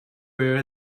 where